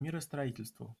миростроительству